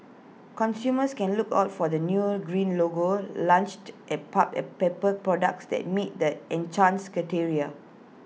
consumers can look out for the new green logo launched at pulp and paper products that meet the criteria